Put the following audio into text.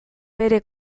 bere